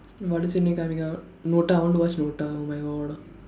what is in the end coming out Nota I want to watch Nota oh my god uh